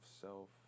self